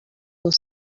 was